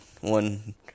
one